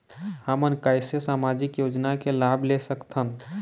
हमन कैसे सामाजिक योजना के लाभ ले सकथन?